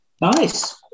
nice